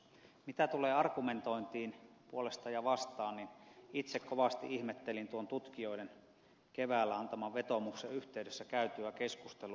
mitä tulee argumentointiin puolesta ja vastaan niin itse kovasti ihmettelin tuon tutkijoiden keväällä antaman vetoomuksen yhteydessä käytyä keskustelua